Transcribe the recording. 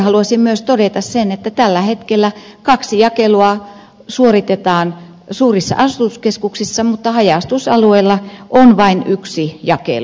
salolle haluaisin todeta myös sen että tällä hetkellä suurissa asutuskeskuksissa suoritetaan kaksi jakelua mutta haja asutusalueilla vain yksi jakelu